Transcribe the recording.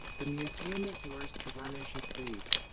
the museum is yours to run as you please.